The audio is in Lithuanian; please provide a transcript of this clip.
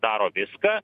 daro viską